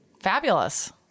Fabulous